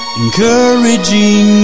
encouraging